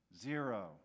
Zero